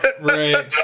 Right